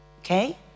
okay